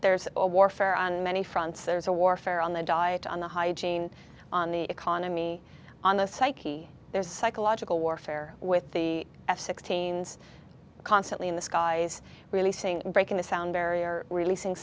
there's a warfare on many fronts there's a warfare on the diet on the hygiene on the economy on the psyche there's psychological warfare with the f sixteen constantly in the skies releasing breaking the sound barrier releasing